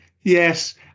Yes